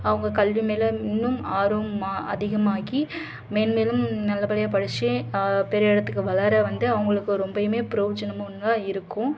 அவங்க கல்வி மேலே இன்னும் ஆர்வம் அதிகமாக்கி மேன்மேலும் நல்லபடியாக படித்து பெரிய இடத்துக்கு வளர வந்து அவங்களுக்கு ரொம்பயுமே ப்ரோஜனம்மும் தான் இருக்கும்